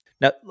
Now